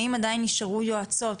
האם עדיין נשארו יועצות,